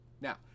Now